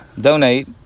Donate